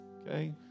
okay